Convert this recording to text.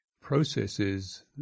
processes